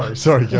ah sorry yeah